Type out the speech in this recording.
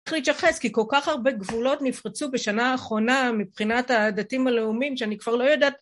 צריך להתייחס, כי כל כך הרבה גבולות נפרצו בשנה האחרונה מבחינת הדתיים הלאומיים, שאני כבר לא יודעת